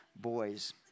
boys